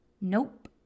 nope